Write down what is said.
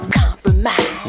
compromise